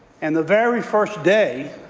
and the very first day,